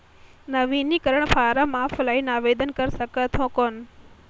नवीनीकरण form offline आवेदन कर सकत हो कौन?